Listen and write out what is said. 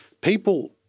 people